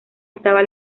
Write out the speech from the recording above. estaba